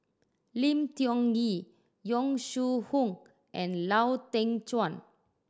Lim Tiong Ghee Yong Shu Hoong and Lau Teng Chuan